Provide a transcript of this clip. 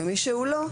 ומי שהוא לא,